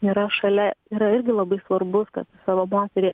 yra šalia yra irgi labai svarbus kad savo moterį